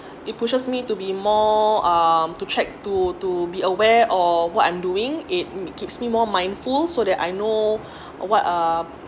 it pushes me to be more um to check to to be aware of what I'm doing it keeps me more mindful so that I know what uh